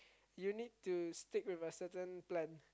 you need to stick with a certain plan